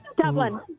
Dublin